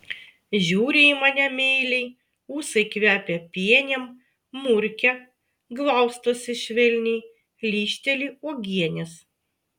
žiūri į mane meiliai ūsai kvepia pienėm murkia glaustosi švelniai lyžteli uogienės